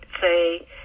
say